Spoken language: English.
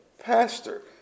pastor